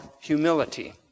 humility